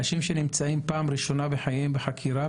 אנשים שנמצאים פעם ראשונה בחייהם בחקירה,